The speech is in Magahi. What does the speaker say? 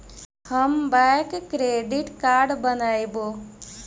हम बैक क्रेडिट कार्ड बनैवो?